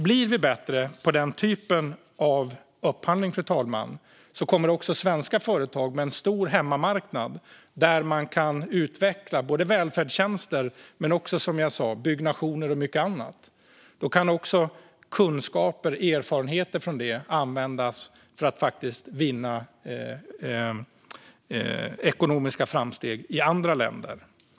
Blir vi bättre på den typen av upphandling, fru talman, kommer vi att få svenska företag med en stor hemmamarknad där man kan utveckla inte bara välfärdstjänster utan också, som jag sa, byggnationer och mycket annat. Då kan också kunskaper och erfarenheter från det användas för att göra ekonomiska framsteg i andra länder.